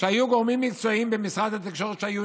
שהיו גורמים מקצועיים במשרד התקשורת שהיו